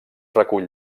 recull